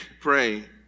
pray